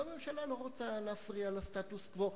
ואף ממשלה לא רוצה להפריע לסטטוס-קוו.